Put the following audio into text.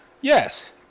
Yes